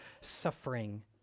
suffering